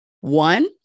One